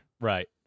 Right